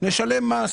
נשלם מס